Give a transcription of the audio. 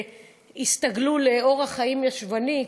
שהסתגלו לאורח חיים ישבני,